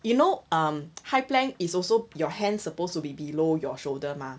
you know um high plank is also your hand supposed to be below your shoulder mah